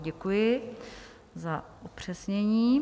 Děkuji za upřesnění.